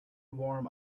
warm